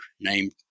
named